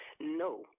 No